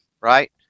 right